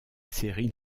série